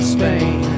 Spain